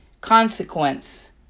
consequence